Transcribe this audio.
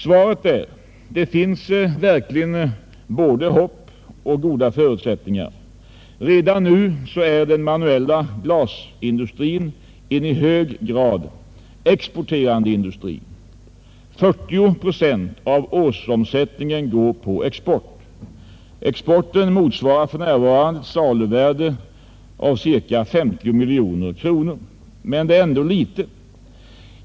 Svaret är: Det finns verkligen både hopp och goda förutsättningar. Redan nu är den manuella glasindustrin en i hög grad exporterande industri. 40 procent av årsomsättningen går på export. Exporten motsvarar för närvarande ett saluvärde av 50 miljoner kronor. Men det är ändå litet.